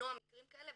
ולמנוע מקרים כאלה,